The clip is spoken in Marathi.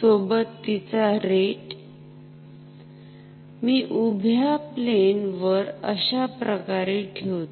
सोबत तिचा रेट मी उभ्या प्लेन वर अशाप्रकारे ठेवतो